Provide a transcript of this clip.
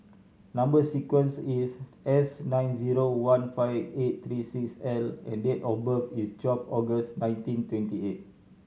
number sequence is S nine zero one five eight three six L and date of birth is twelve August nineteen twenty eight